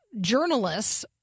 journalists